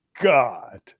God